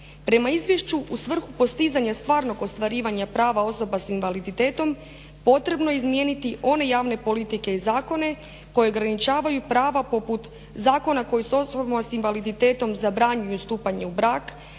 Prema izvješću, u svrhu postizanja stvarnog ostvarivanja prava osoba sa invaliditetom potrebno je izmijeniti one javne politike i zakone koje ograničavaju prava poput zakona koji su osobama sa invaliditetom zabranjuju stupanje u brak,